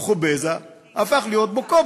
אבו חובזה, הפך להיות בוקובזה.